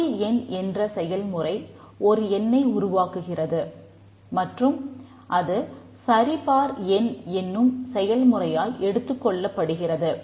படி எண் என்ற செயல்முறை ஒரு எண்ணை உருவாக்குகிறது மற்றும் அது சரிபார் எண் என்னும் செயல் முறையால் எடுத்துக்கொள்ளப்படுகிறது